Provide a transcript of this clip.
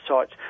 sites